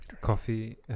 Coffee